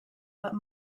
that